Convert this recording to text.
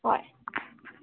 ꯍꯣꯏ